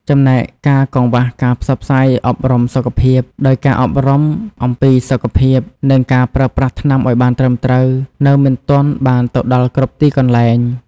ចំណែកការកង្វះការផ្សព្វផ្សាយអប់រំសុខភាព ដោយការអប់រំអំពីសុខភាព និងការប្រើប្រាស់ថ្នាំឱ្យបានត្រឹមត្រូវនៅមិនទាន់បានទៅដល់គ្រប់ទីកន្លែង ។